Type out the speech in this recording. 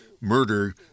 murder